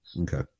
okay